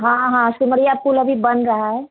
हाँ हाँ सिमरिया पुल अभी बन रहा है